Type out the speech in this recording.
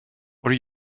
what